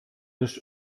nicht